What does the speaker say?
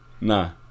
Nah